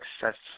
success